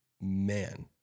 man